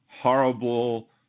horrible